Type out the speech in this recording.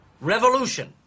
revolution